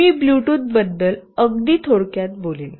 मी Bluetooth बद्दल अगदी थोडक्यात बोलेल